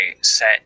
set